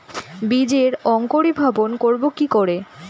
বীজের অঙ্কোরি ভবন করব কিকরে?